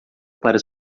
para